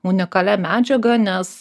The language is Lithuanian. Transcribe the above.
unikalia medžiaga nes